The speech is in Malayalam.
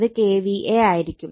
അത് KVA ആയിരിക്കും